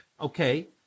okay